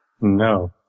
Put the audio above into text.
No